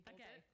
Okay